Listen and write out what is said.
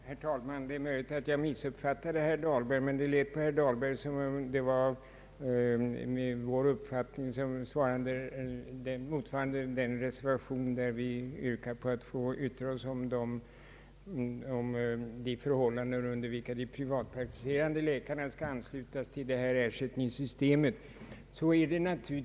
Herr talman! Det är möjligt att jag har missuppfattat herr Dahlberg när det gäller den reservation där vi yrkar på att riksdagen skall få yttra sig om de förhållanden under vilka de privatpraktiserande läkarna skulle anslutas till ifrågavarande ersättningssystem.